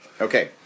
Okay